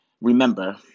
Remember